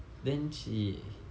then she